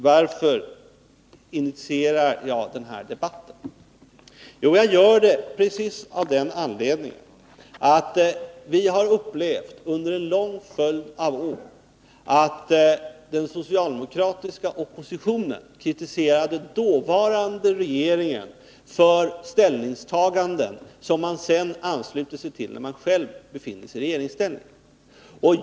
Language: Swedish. Varför initierar jag den här debatten? Jag gör det av den anledningen att vi under en lång följd av år har upplevt att den socialdemokratiska oppositionen kritiserat den dåvarande regeringen för ställningstaganden — som man sedan ansluter sig till när man själv befinner sig i regeringsställning.